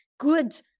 good